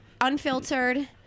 Unfiltered